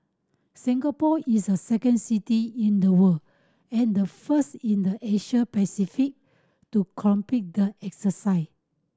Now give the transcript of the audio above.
Singapore is a second city in the world and the first in the Asia Pacific to complete the exercise